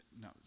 no